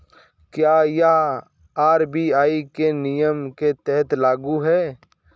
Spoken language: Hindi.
क्या यह आर.बी.आई के नियम के तहत लागू है?